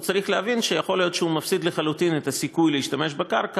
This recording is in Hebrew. הוא צריך להבין שיכול להיות שהוא מפסיד לחלוטין את הסיכוי להשתמש בקרקע,